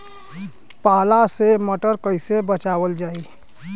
पाला से मटर कईसे बचावल जाई?